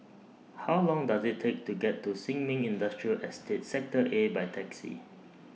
How Long Does IT Take to get to Sin Ming Industrial Estate Sector A By Taxi